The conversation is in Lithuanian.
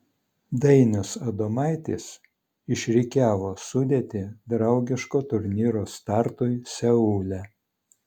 dainius adomaitis išrikiavo sudėtį draugiško turnyro startui seule